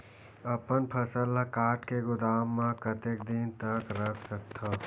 अपन फसल ल काट के गोदाम म कतेक दिन तक रख सकथव?